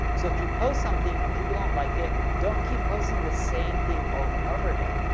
so if you post something and people don't like it, don't keep posting the same thing over and over again.